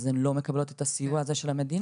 אז הן לא מקבלות את המענק ואת הסיוע הזה של המדינה.